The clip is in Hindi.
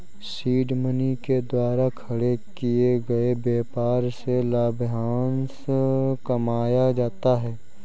सीड मनी के द्वारा खड़े किए गए व्यापार से लाभांश कमाया जाता है